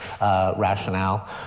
rationale